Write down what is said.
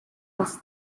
els